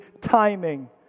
timing